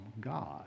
God